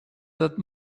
that